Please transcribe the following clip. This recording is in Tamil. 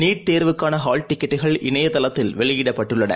நீட் தேர்வுக்கானஹால் டிக்கெட்டுகள்இணையதளத்தில் வெளியிடப்பட்டுள்ளன